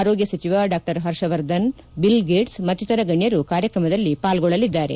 ಆರೋಗ್ಯ ಸಚಿವ ಡಾ ಪರ್ಷವರ್ಧನ್ ಬಿಲ್ಗೇಟ್ಸ್ ಮತ್ತಿತರ ಗಣ್ಯರು ಕಾರ್ಯಕ್ರಮದಲ್ಲಿ ಪಾಲ್ಗೊಳ್ಳಲಿದ್ದಾರೆ